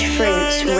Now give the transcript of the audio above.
Fruits